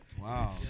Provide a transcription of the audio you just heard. Wow